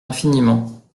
infiniment